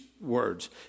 words